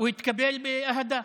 הוא התקבל באהדה.